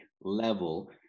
level